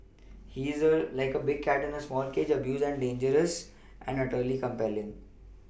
he's like a big cat in a small cage abused and dangerous and utterly compelling